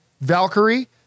Valkyrie